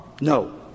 No